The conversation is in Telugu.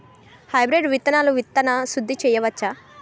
హైబ్రిడ్ విత్తనాలకు విత్తన శుద్ది చేయవచ్చ?